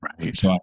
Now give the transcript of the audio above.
Right